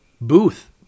Booth